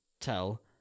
tell